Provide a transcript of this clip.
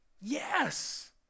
yes